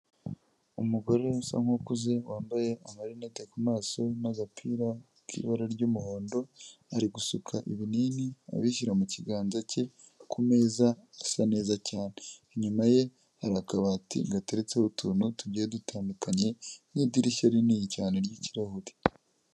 Umugore usa nk'ukuze wambaye amarinete ku maso n'agapira k'ibara ry'umuhondo, ari gusuka ibinini, abishyira mu kiganza ke, ku meza asa neza cyane, inyuma ye hari akabati gateretseho utuntu tugiye dutandukanye n'idirishya rinini cyane ry'ikirahure.